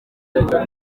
riragira